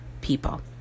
people